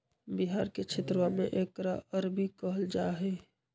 बिहार के क्षेत्रवा में एकरा अरबी कहल जाहई